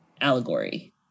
allegory